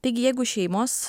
taigi jeigu šeimos